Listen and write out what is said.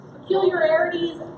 peculiarities